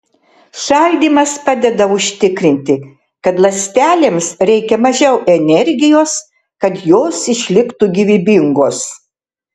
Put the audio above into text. šaldymas padeda užtikrinti kad ląstelėms reikia mažiau energijos kad jos išliktų gyvybingos